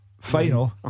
Final